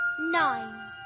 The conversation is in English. Nine